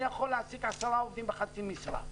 אני יכול להעסיק עשרה עובדים בחצי משרה,